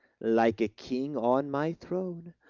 like a king on my throne,